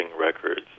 records